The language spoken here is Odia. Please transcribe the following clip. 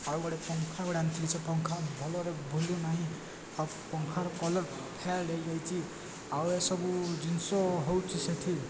ଆଉ ଗୋଟେ ପଙ୍ଖାଗୁଡ଼େ ଆଣିଥିଲି ସେ ପଙ୍ଖା ଭଲରେ ବୁଲୁ ନାହିଁ ଆଉ ପଙ୍ଖାର କଲ୍ ଫେଆ ହୋଇଯାଇଛି ଆଉ ଏସବୁ ଜିନିଷ ହେଉଛି ସେଠି